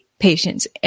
patients